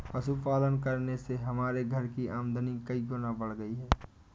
पशुपालन करने से हमारे घर की आमदनी कई गुना बढ़ गई है